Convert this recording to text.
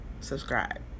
subscribe